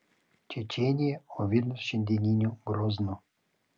čečėnija o vilnius šiandieniniu groznu